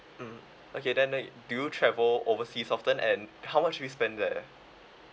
mm okay then uh do you travel overseas often and how much do you spend there